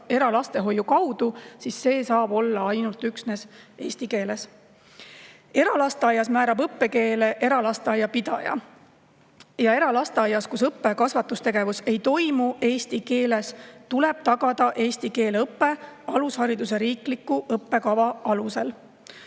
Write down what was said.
eralastehoiu kaudu, siis see saab olla üksnes eesti keeles. Eralasteaias määrab õppekeele eralasteaiapidaja. Eralasteaias, kus õppe‑ ja kasvatustegevus ei toimu eesti keeles, tuleb tagada eesti keele õpe alushariduse riikliku õppekava alusel.